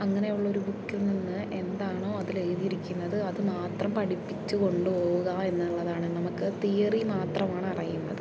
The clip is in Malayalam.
അങ്ങനെ ഉള്ളൊരു ബുക്കിൽ നിന്ന് എന്താണോ അതിലെഴുതിയിരിക്കുന്നത് അത് മാത്രം പഠിപ്പിച്ചു കൊണ്ടുപോവുക എന്നുള്ളതാണ് നമുക്ക് തിയറി മാത്രമാണ് അറിയുന്നത്